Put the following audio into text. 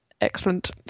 excellent